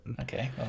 okay